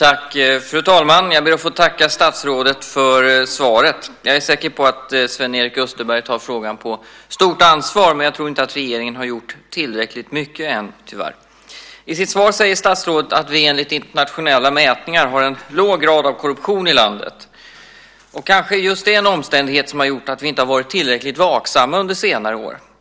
Fru talman! Jag ber att få tacka statsrådet för svaret. Jag är säker på att Sven-Erik Österberg tar frågan på stort allvar, men jag tror tyvärr inte att regeringen har gjort tillräckligt mycket ännu. I sitt svar säger statsrådet att vi enligt internationella mätningar har en låg grad av korruption i landet. Kanske är just det en omständighet som har gjort att vi inte har varit tillräckligt vaksamma under senare år.